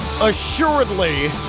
Assuredly